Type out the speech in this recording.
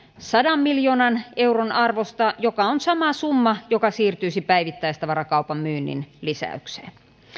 sadan miljoonan euron arvosta joka on sama summa joka siirtyisi päivittäistavarakaupan myynnin lisäykseen